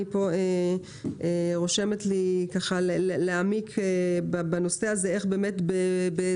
אני רושמת לי להעמיק בנושא הזה איך באמת בזארה